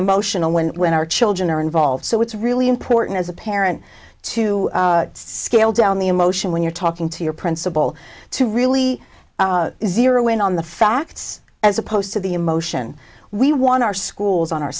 emotional when when our children are involved so it's really important as a parent to scale down the emotion when you're talking to your principal to really weigh in on the facts as opposed to the emotion we want our schools o